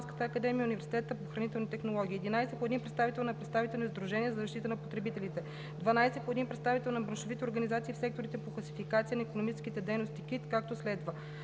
академия и Университета по хранителни технологии; 11. по един представител на представителните сдружения за защита на потребителите; 12. по един представител на браншовите организации в секторите по класификация на икономическите дейности (КИД), както следва: